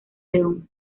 león